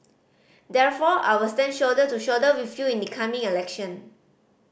therefore I will stand shoulder to shoulder with you in the coming election